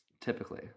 typically